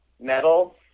metal